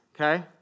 okay